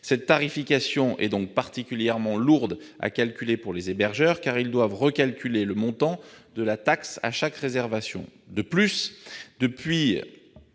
Cette tarification est particulièrement lourde à calculer pour les hébergeurs, car ils doivent réévaluer le montant de la taxe à chaque réservation. De plus, les